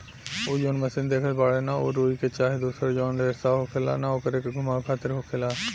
उ जौन मशीन देखत बाड़े न उ रुई के चाहे दुसर जौन रेसा होखेला न ओकरे के घुमावे खातिर होखेला